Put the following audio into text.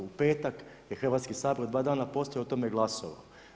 U petak je Hrvatski sabor, 2 dana poslije o tome glasovao.